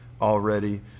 already